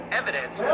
evidence